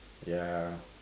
ya